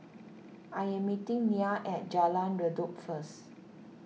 I am meeting Nia at Jalan Redop first